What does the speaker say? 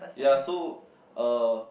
ya so uh